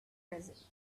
present